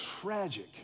tragic